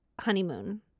honeymoon